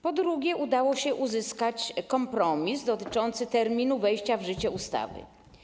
Po drugie, udało się uzyskać kompromis dotyczący terminu wejścia w życie ustawy.